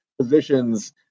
positions